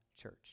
church